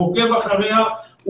עוקב אחריה,